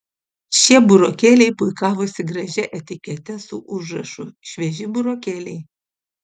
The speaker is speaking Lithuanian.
šie burokėliai puikavosi gražia etikete su užrašu švieži burokėliai